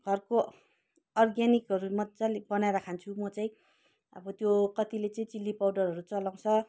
घरको अर्ग्यानिकहरू मज्जाले बनाएर खान्छु म चाहिँ अब त्यो कतिले चाहिँ चिल्ली पाउडरहरू चलाउँछ